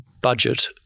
budget